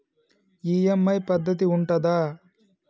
EMI పద్ధతి ఉంటదా?